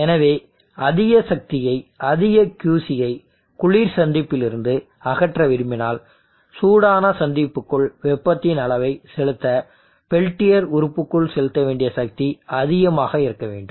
எனவே அதிக சக்தியை அதிக QCயை குளிர் சந்திப்பிலிருந்து அகற்ற விரும்பினால் சூடான சந்திப்புக்குள் வெப்பத்தின் அளவை செலுத்த பெல்டியர் உறுப்புக்குள் செலுத்த வேண்டிய சக்தி அதிகமாக இருக்க வேண்டும்